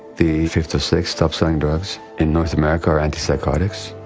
the fifth or sixth top selling drugs in north america are antipsychotics